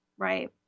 Right